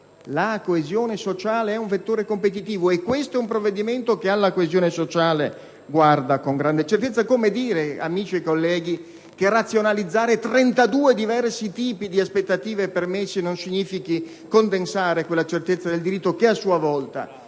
La coesione sociale è un vettore competitivo, e questo è un provvedimento che alla coesione sociale guarda con grande certezza. Come dire, amici e colleghi, che razionalizzare 32 diversi tipi di aspettative e permessi non significhi condensare quella certezza del diritto che, a sua volta,